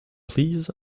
please